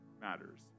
matters